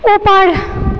ऊपर